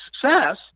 success